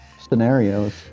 scenarios